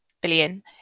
billion